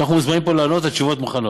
כשאנחנו מוזמנים לפה לענות, התשובות מוכנות.